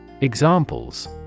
Examples